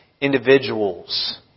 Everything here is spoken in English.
individuals